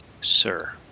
sir